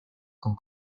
con